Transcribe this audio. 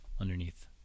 underneath